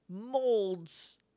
molds